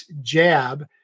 jab